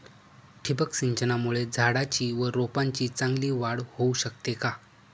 ठिबक सिंचनामुळे झाडाची व रोपांची चांगली वाढ होऊ शकते का?